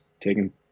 taking